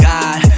God